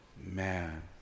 man